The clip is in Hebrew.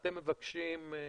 אתם מבקשים,